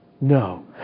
No